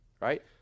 right